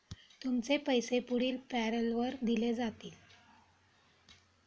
तुमचे पैसे पुढील पॅरोलवर दिले जातील